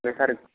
sir